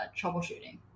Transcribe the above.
troubleshooting